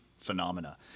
phenomena